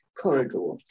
corridor